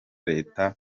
leta